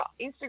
Instagram